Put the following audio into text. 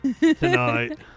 tonight